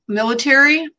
military